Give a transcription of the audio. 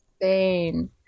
Insane